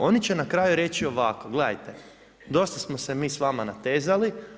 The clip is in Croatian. Oni će na kraju reći ovako gledajte, dosta smo se mi sa vama natezali.